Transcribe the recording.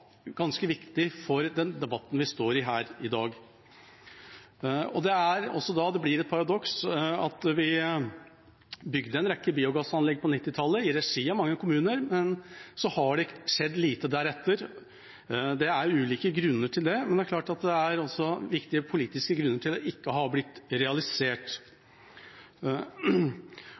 ganske viktig for den debatten vi står i her i dag. Det er da det blir et paradoks at vi bygde en rekke biogassanlegg på 1990-tallet i regi av mange kommuner, og at det har skjedd lite deretter. Det er ulike grunner til det, men det er også viktige politiske grunner til at det ikke har blitt realisert.